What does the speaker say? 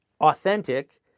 authentic